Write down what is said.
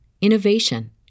innovation